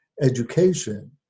education